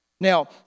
Now